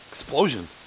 Explosion